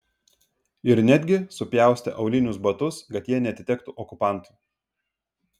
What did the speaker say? ir netgi supjaustė aulinius batus kad jie neatitektų okupantui